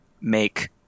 make